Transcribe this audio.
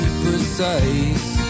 precise